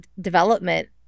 development